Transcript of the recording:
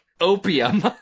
opium